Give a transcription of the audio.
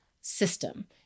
system